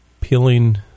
peeling